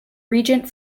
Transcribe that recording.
regent